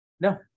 No